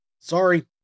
sorry